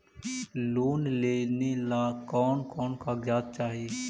Loan लेने ला कोन कोन कागजात चाही?